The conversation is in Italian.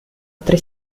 tre